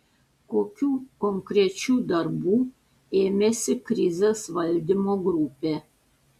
kokių konkrečių darbų ėmėsi krizės valdymo grupė